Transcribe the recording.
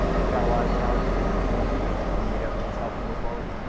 we've got a lot of challenges in our community and we need everyone's help to move forward.